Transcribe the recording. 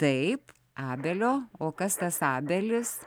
taip abelio o kas tas abelis